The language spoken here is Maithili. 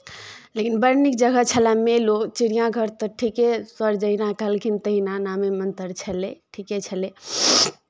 लेकिन बड़ नीक जगह छलए मेलो चिड़ियाघर तऽ ठीके सर जहिना कहलखिन तहिना नामेमे अन्तर छलय ठीके छलय